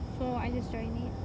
so I just joined it